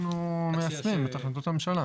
אנחנו מיישמים את החלטות הממשלה.